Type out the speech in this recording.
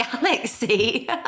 galaxy